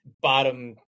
bottom